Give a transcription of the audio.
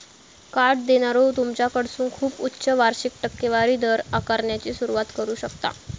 card देणारो तुमच्याकडसून खूप उच्च वार्षिक टक्केवारी दर आकारण्याची सुरुवात करू शकता